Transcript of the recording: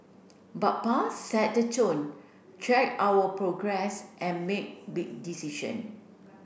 but Pa set the tone tracked our progress and made big decision